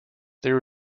there